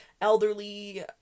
elderly